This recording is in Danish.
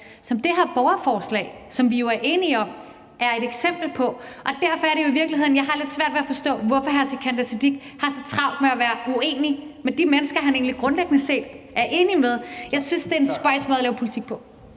som det her borgerforslag, som vi jo er enige om er et eksempel på det, og derfor er det jo i virkeligheden, at jeg har lidt svært ved at forstå, hvorfor hr. Sikandar Siddique har så travlt med at være uenig med de mennesker, han egentlig grundlæggende set er enig med. Jeg synes, det er en spøjs måde at lave politik på.